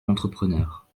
entrepreneur